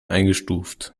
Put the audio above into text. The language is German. eingestuft